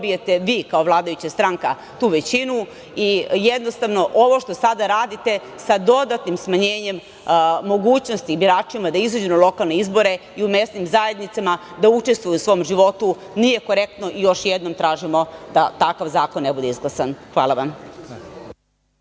dobijete vi kao vladajuća stranka tu većinu i ovo što sada radite sa dodatnim smanjenjem mogućnosti biračima da izađu na lokalne izbore i u mesnim zajednicama, da učestvuju u svom životu, nije korektno i još jednom tražimo da takav zakon ne bude izglasan. Hvala vam.